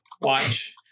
watch